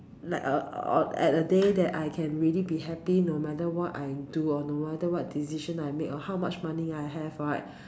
like err at a day that I can really be happy no matter what I do or no matter what decision I make or how much money I have right